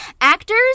Actors